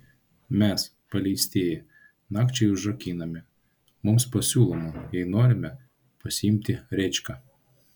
mes paleistieji nakčiai užrakinami mums pasiūloma jei norime pasiimti rėčką